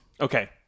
Okay